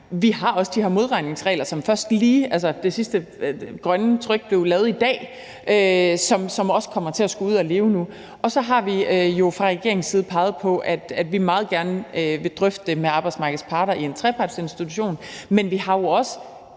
Vi har også de her modregningsregler, som kommer til at skulle ud og leve nu – det sidste grønne skub blev gjort i dag. Og så har vi jo fra regeringens side peget på, at vi meget gerne vil drøfte det med arbejdsmarkedets parter i en trepartsinstitution. Men vi har jo også